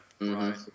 Right